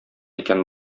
икән